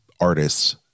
artists